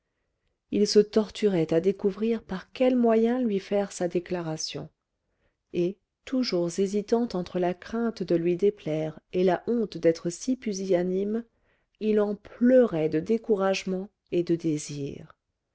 il se torturait à découvrir par quel moyen lui faire sa déclaration et toujours hésitant entre la crainte de lui déplaire et la honte d'être si pusillanime il en pleurait de découragement et de désirs